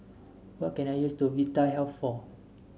what can I use to Vitahealth for